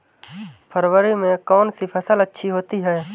फरवरी में कौन सी फ़सल अच्छी होती है?